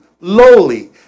lowly